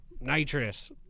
nitrous